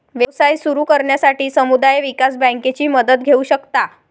व्यवसाय सुरू करण्यासाठी समुदाय विकास बँकेची मदत घेऊ शकता